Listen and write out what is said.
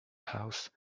house